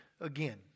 again